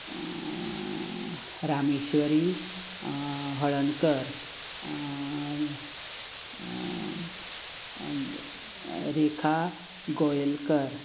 Rameshwari Haldankar Rekha Goyelkar